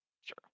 Sure